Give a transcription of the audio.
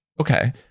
Okay